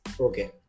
Okay